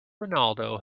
ronaldo